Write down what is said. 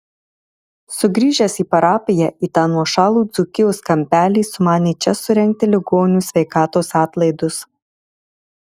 sugrįžęs į parapiją į tą nuošalų dzūkijos kampelį sumanė čia surengti ligonių sveikatos atlaidus